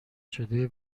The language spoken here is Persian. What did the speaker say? شده